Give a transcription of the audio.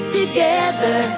together